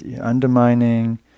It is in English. undermining